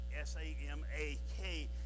s-a-m-a-k